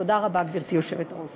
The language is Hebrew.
תודה רבה, גברתי היושבת-ראש.